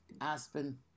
Aspen